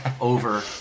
over